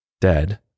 dead